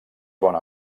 bona